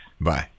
Bye